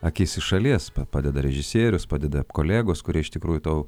akis iš šalies padeda režisierius padeda kolegos kurie iš tikrųjų tau